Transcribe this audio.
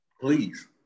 Please